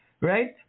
right